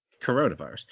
coronavirus